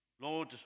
Lord